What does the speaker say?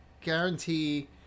guarantee